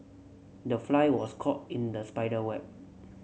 the fly was caught in the spider web